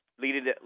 leading